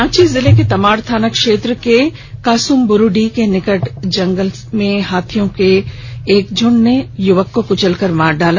रांची जिले के तमाड़ थाना क्षेत्र के कासमबुरूडीह के निकट जंगल में हाथियों के एक झुंड ने युवक को कुचलकर मार डाला